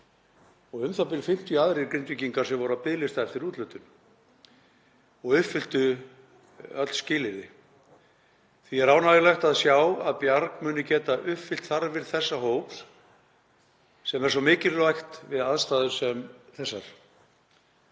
og u.þ.b. 50 aðrir Grindvíkingar sem voru á biðlista eftir úthlutun og uppfylltu öll skilyrði. Því er ánægjulegt að sjá að Bjarg muni geta uppfyllt þarfir þessa hóps sem er svo mikilvægt við aðstæður sem þessar.